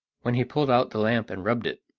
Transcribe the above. when he pulled out the lamp and rubbed it.